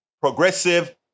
Progressive